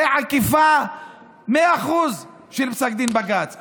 זה עקיפה מאה אחוז של פסק דין בג"ץ.